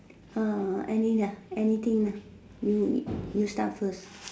any lah anything lah you you start first